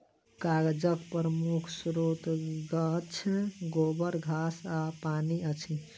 कागजक प्रमुख स्रोत गाछ, गोबर, घास आ पानि अछि